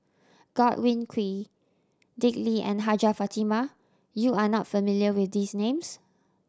Godwin Koay Dick Lee and Hajjah Fatimah You are not familiar with these names